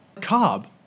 Cobb